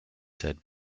said